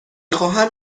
خواهم